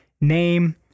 name